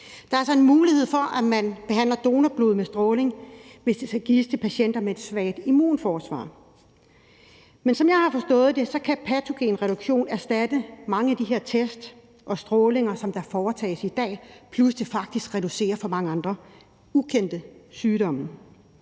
Der er altså en mulighed for at behandle donorblod med stråling, hvis det skal gives til patienter med et svagt immunforsvar. Men som jeg har forstået det, kan patogenreduktion erstatte mange af de her test og strålinger, som der foretages i dag, plus at det faktisk reducerer risikoen for mange andre ukendte sygdomme.